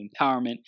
empowerment